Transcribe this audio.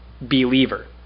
believer